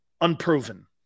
unproven